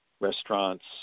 restaurants